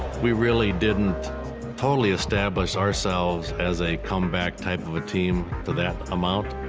we really didn't totally establish ourselves as a comeback type of a team to that amount.